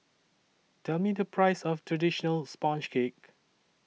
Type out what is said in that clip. Tell Me The Price of Traditional Sponge Cake